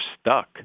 stuck